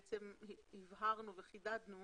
הבהרנו וחידדנו